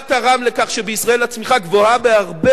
מה תרם לכך שבישראל הצמיחה גבוהה בהרבה